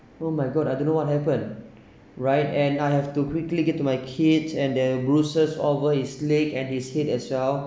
oh my god I don't know what happen right and I have to quickly get to my kids and there're bruises all over his leg and his head as well